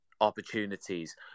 opportunities